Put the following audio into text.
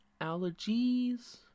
Allergies